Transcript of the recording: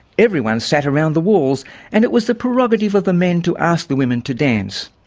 everyone sat around the walls and it was the prerogative of the men to ask the women to dance.